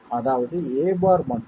அதாவது a' மட்டும்